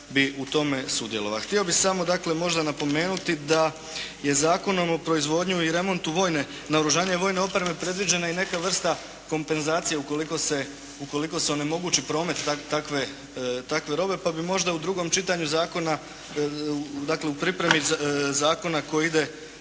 Htio bih samo dakle možda napomenuti da je Zakonom o proizvodnji i remontu vojne, naoružanju vojne opreme predviđena i neka vrsta kompenzacije ukoliko se onemogućiti promet takve robe, pa bi možda u drugom čitanju zakona, dakle u pripremi zakona koji ide